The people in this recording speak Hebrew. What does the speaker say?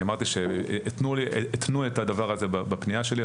אני אמרתי שהתנו את הדבר הזה בפנייה שלי,